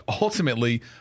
ultimately